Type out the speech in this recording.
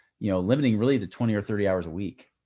you know, limiting really the twenty or thirty hours a week.